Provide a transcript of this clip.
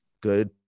good